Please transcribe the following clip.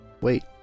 wait